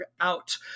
out